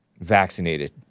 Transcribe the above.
vaccinated